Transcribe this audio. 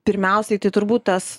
pirmiausiai tai turbūt tas